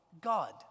God